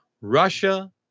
Russia